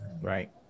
Right